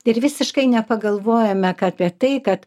ir visiškai nepagalvojame ką apie tai kad